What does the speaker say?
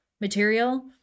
material